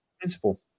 principle